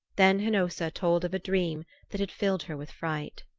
then hnossa told of a dream that had filled her with fright.